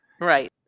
right